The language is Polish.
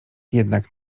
jednak